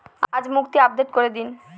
আজ মুক্তি আপডেট করে দিন